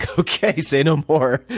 ah okay. say no more.